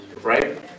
Right